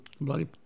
bloody